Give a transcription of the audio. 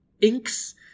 inks